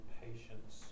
patience